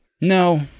No